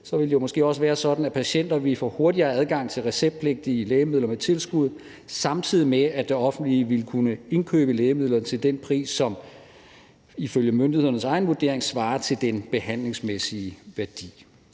ville det måske også være sådan, at patienter ville få hurtigere adgang til receptpligtige lægemidler med tilskud, samtidig med at det offentlige ville kunne indkøbe lægemidler til den pris, som ifølge myndighedernes egen vurdering svarer til den behandlingsmæssige værdi.